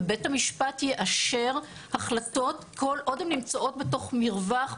ובית המשפט יאשר החלטות כל עוד הם נמצאים בתוך מרווח,